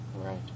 Right